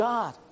God